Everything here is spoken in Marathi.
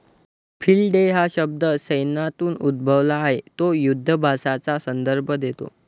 फील्ड डे हा शब्द सैन्यातून उद्भवला आहे तो युधाभ्यासाचा संदर्भ देतो